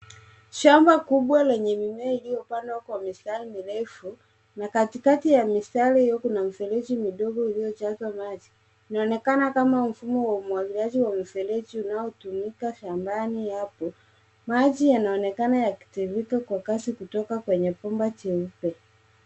Shamba kubwa lenye mimea iliyopandwa kwa mistari mirefu na katikati ya mistari hiyo kuna mifereji midogo iliyojaza maji. Inaonekana kama mfumo wa umwagiliaji wa mifereji unaotumika shambani hapo. Maji yanaonekena yakitiririka kwa kasi kutoka kwenye bomba jeupe.